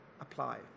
apply